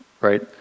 Right